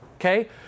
Okay